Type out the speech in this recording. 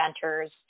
centers